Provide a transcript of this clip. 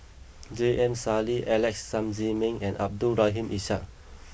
J M Sali Alex Sam Ziming and Abdul Rahim Ishak